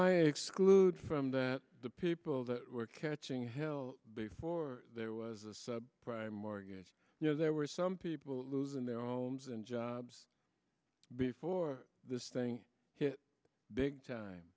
i exclude from that the people that were catching hell before there was a sub prime mortgage you know there were some people losing their omes and jobs before this thing hit big time